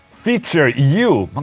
feature you, um